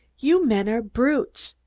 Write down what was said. you men are brutes!